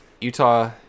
Utah